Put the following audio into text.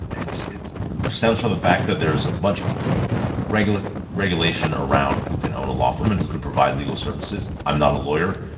it stems from the fact that there's a bunch of regulation regulation around who can own a law firm and who can provide legal services. i'm not a lawyer.